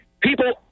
people